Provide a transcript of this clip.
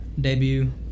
debut